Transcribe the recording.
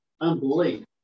unbelief